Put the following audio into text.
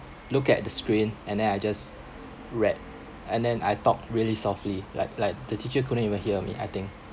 look at the screen and then I just read and then I talk really softly like like the teacher couldn't even hear me I think